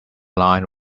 lined